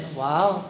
wow